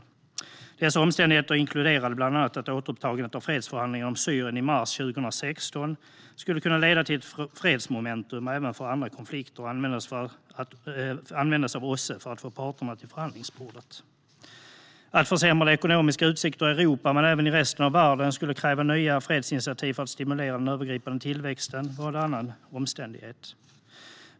Dessa omständigheter inkluderade bland annat: att återupptagandet av fredsförhandlingarna om Syrien i mars 2016 skulle kunna leda till ett fredsmomentum även för andra konflikter och användas av OSSE för att få parterna till förhandlingsbordet att försämrade ekonomiska utsikter i Europa men även i resten av världen skulle kräva nya fredsinitiativ för att stimulera den övergripande tillväxten.